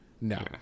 no